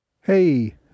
Hey